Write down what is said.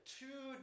two